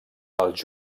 els